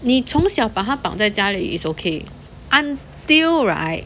你从小把他绑在家里 is okay until right